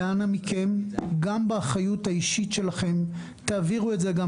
ואנא מכם גם באחריות האישית שלכם תעבירו את זה גם